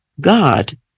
God